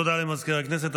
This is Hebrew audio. תודה למזכיר הכנסת.